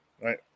right